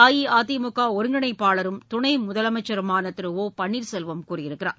அஇஅதிமுக ஒருங்கிணைப்பாளரும் துணை முதலமைச்சருமான திரு ஒ பன்னீர்செல்வம் கூறியுள்ளார்